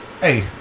Hey